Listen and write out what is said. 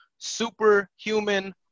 Superhuman